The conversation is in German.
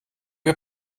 wir